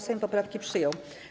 Sejm poprawki przyjął.